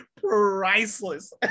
priceless